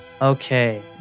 Okay